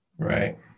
right